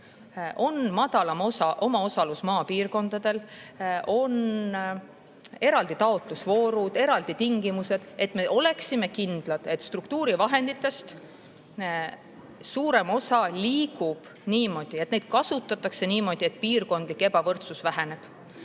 on [väiksem] omaosalus, on eraldi taotlusvoorud, eraldi tingimused. Siis me oleksime kindlad, et struktuurivahenditest suurem osa liigub niimoodi, et neid kasutatakse niimoodi, et piirkondlik ebavõrdsus väheneb.